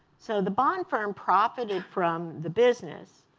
so the bond firm profited from the business,